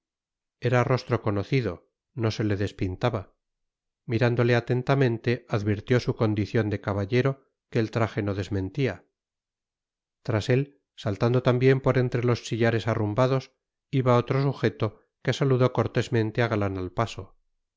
era rostro conocido no se le despintaba mirándole atentamente advirtió su condición de caballero que el traje no desmentía tras él saltando también por entre los sillares arrumbados iba otro sujeto que saludó cortésmente a galán al paso